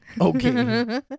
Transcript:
Okay